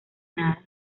nada